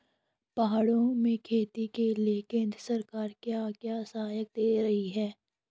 पहाड़ों में खेती के लिए केंद्र सरकार क्या क्या सहायता दें रही है?